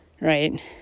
right